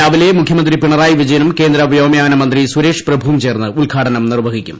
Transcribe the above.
രാവിലെ മുഖ്യമന്ത്രി പിണറായി വിജയനും കേന്ദ്ര വ്യോമയാന മന്ത്രി സുരേഷ് പ്രഭുവും ചേർന്ന് ഉദ്ഘാടനം നിർവ്വഹിക്കും